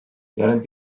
während